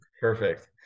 perfect